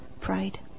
pride